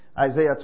Isaiah